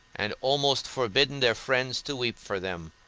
and almost forbidden their friends to weep for them,